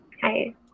Hi